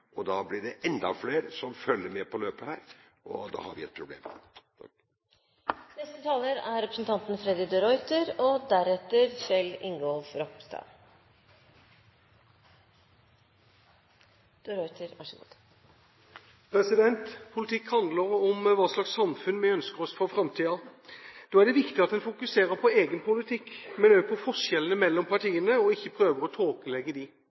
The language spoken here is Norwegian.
landsbygda. Da blir det enda flere som følger med på løpet her, og da har vi et problem. Politikk handler om hva slags samfunn vi ønsker oss for framtiden. Da er det viktig at vi fokuserer på egen politikk, men også på forskjellene mellom partiene, og ikke prøver å